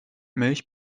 milch